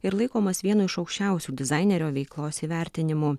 ir laikomas vienu iš aukščiausių dizainerio veiklos įvertinimų